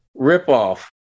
ripoff